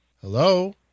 Hello